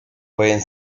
pueden